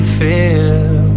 feel